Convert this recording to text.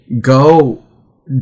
go